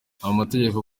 amategeko